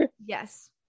Yes